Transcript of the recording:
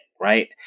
right